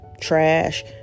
trash